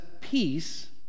peace